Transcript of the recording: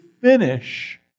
finish